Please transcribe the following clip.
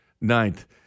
ninth